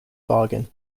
bargain